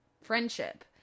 friendship